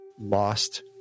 lost